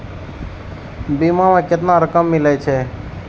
बीमा में केतना रकम मिले छै?